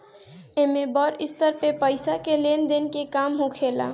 एमे बड़ स्तर पे पईसा के लेन देन के काम होखेला